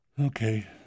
Okay